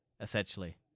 essentially